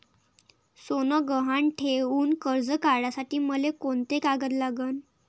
सोनं गहान ठेऊन कर्ज काढासाठी मले कोंते कागद लागन?